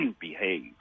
behave